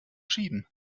schieben